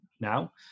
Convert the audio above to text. now